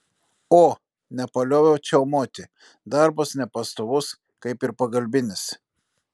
o nepalioviau čiaumoti darbas nepastovus kaip ir pagalbinis